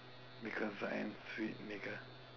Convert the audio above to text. because I am sweet nigga